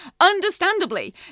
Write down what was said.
Understandably